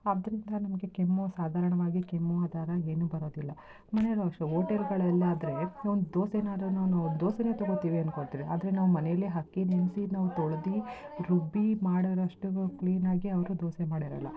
ಅದರಂದ ನಮಗೆ ಕೆಮ್ಮು ಸಾಧಾರಣವಾಗಿ ಕೆಮ್ಮು ಆ ಥರ ಏನೂ ಬರೋದಿಲ್ಲ ಮನೇಲೂ ಅಷ್ಟೆ ಓಟೆಲ್ಗಳಲ್ಲಿ ಆದರೆ ಒಂದು ದೋಸೆನಾದ್ರೂ ನಾನು ದೋಸೆಯೇ ತಗೊಳ್ತೀವಿ ಅಂದ್ಕೊಳ್ತೀರಿ ಆದರೆ ನಾವು ಮನೆಯಲ್ಲೇ ಹಕ್ಕಿ ನೆನೆಸಿ ನಾವು ತೊಳ್ದು ರುಬ್ಬಿ ಮಾಡೋರಷ್ಟಿಗೂ ಕ್ಲೀನಾಗಿ ಅವರು ದೋಸೆ ಮಾಡಿರೋಲ್ಲ